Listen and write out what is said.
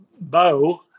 bow